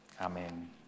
Amen